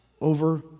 over